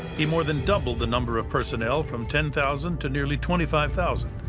he more than doubled the number of personnel from ten thousand to nearly twenty five thousand,